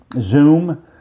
Zoom